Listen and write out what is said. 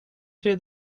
tre